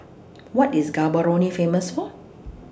What IS Gaborone Famous For